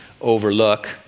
overlook